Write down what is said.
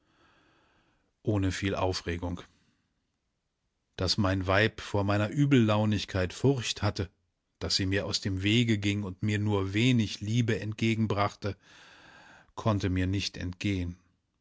ohne viel aufregung daß mein weib vor meiner übellaunigkeit furcht hatte daß sie mir aus dem wege ging und mir nur wenig liebe entgegenbrachte konnte mir nicht entgehen